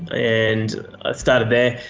and i started there.